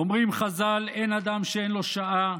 אומרים חז"ל: אין אדם שאין לו שעה.